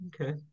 Okay